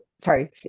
sorry